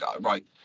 right